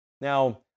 Now